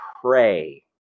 pray